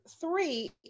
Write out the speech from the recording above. three